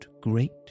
great